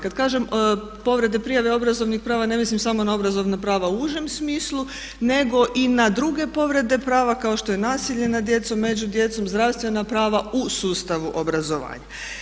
Kad kažem povrede prijave obrazovnih prava ne mislim samo na obrazovna prava u užem smislu nego i na druge povrede prava kao što je nasilje nad djecom, među djecom, zdravstvena prava u sustavu obrazovanja.